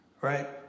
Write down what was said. right